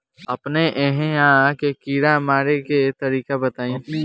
अपने एहिहा के कीड़ा मारे के तरीका बताई?